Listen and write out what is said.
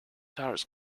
guitars